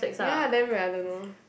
ya damn weird I don't know